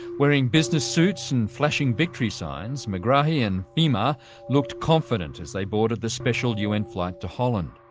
wearing business suits and flashing victory signs, megrahi and fahima looked confident as they boarded the special un flight to holland.